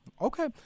Okay